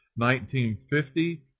1950